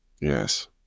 Yes